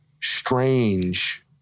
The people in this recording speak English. strange